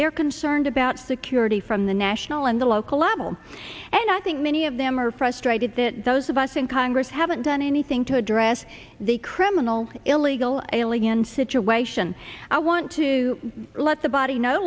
they're concerned about security from the national and the local level and i think many of them are frustrated that those of us in congress haven't done anything to address the criminal illegal alien situation i want to let the body know